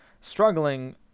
struggling